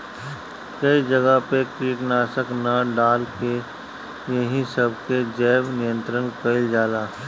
कई जगह पे कीटनाशक ना डाल के एही सब से जैव नियंत्रण कइल जाला